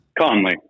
Conley